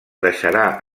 deixarà